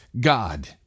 God